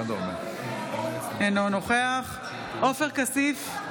אינו נוכח עופר כסיף,